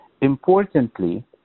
Importantly